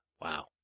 wow